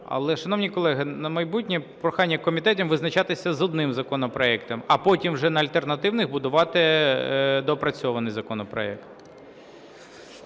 Але, шановні колеги, на майбутнє, прохання комітетам визначатися з одним законопроектом, а потім вже на альтернативних будувати доопрацьований законопроект.